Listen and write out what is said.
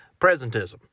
Presentism